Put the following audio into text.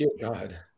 God